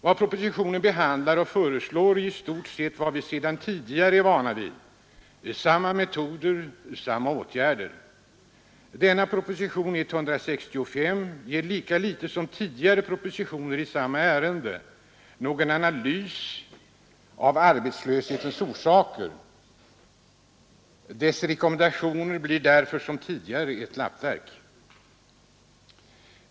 Det propositionen behandlar och föreslår är i stort sett vad vi sedan tidigare är vana vid — samma metoder, samma åtgärder. I denna proposition görs lika litet som i tidigare propositioner i samma ärende någon analys av arbetslöshetens orsaker. Dess rekommendationer blir därför som tidigare ett lappverk.